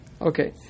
Okay